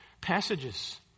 passages